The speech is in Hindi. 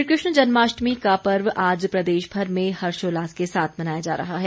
श्री कृष्ण जन्माष्टमी का पर्व आज प्रदेशभर में हर्षोल्लास के साथ मनाया जा रहा है